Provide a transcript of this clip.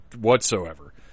whatsoever